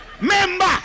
Member